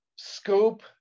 scope